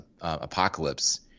Apocalypse